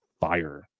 fire